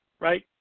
right